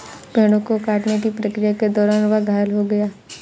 पेड़ों को काटने की प्रक्रिया के दौरान वह घायल हो गया